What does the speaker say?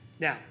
Now